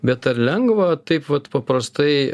bet ar lengva taip vat paprastai